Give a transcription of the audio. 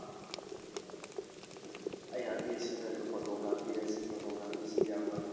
ꯑꯩꯍꯥꯛꯀꯤ ꯁꯤꯖꯤꯟꯅꯔꯤꯕ ꯐꯣꯇꯣꯒ꯭ꯔꯥꯐꯤ ꯑꯁꯤ ꯐꯣꯇꯣꯒ꯭ꯔꯥꯐꯤꯁꯤ ꯌꯥꯝꯅ